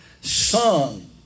Sung